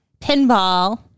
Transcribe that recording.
Pinball